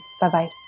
Bye-bye